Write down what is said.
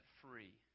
free